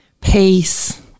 peace